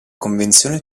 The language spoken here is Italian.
convenzione